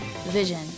Vision